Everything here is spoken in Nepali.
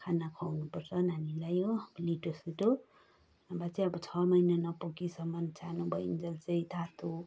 खाना खुवाउनुपर्छ नानीलाई हो लिटोसिटो नभए चाहिँ छः महिना नपुगेसम्म सानो भइन्जेल चाहिँ तातो